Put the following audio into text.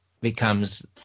becomes